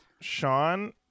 Sean